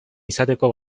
izateko